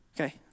Okay